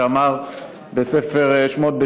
שנאמר בספר שמות,